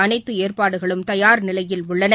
அனைத்து ஏற்பாடுகளும் தயாா் நிலையில் உள்ளன